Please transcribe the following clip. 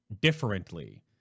differently